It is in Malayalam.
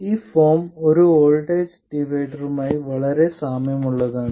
ഈ ഫോം ഒരു വോൾട്ടേജ് ഡിവൈഡറുമായി വളരെ സാമ്യമുള്ളതാണ്